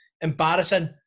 Embarrassing